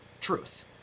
truth